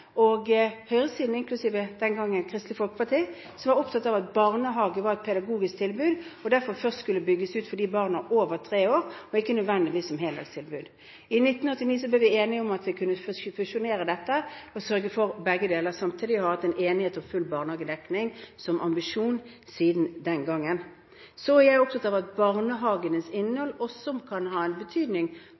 og derfor ville ha heltidsbarnehage, og høyresiden, den gang inklusiv Kristelig Folkeparti, som var opptatt av at barnehage var et pedagogisk tilbud og derfor først skulle bygges ut for barn over tre år, og ikke nødvendigvis som heldagstilbud. I 1989 ble vi enige om at vi kunne fusjonere dette og sørge for begge deler samtidig, og vi har hatt en enighet om full barnehagedekning som ambisjon siden den gangen. Så er jeg opptatt av at barnehagens innhold også kan ha betydning